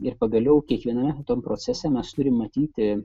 ir pagaliau kiekviename tam procese mes turime matyti